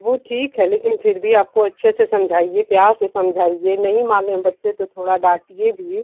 वो ठीक है लेकिन फिर भी आपको अच्छे से समझाएं प्यार से समझाएं नहीं माने बच्चे तो थोड़ा डांटिए भी